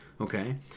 okay